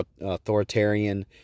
authoritarian